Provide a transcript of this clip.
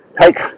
take